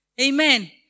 Amen